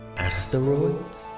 Asteroids